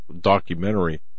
documentary